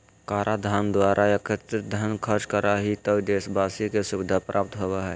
कराधान द्वारा एकत्रित धन खर्च करा हइ त देशवाशी के सुविधा प्राप्त होबा हइ